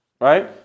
right